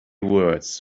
words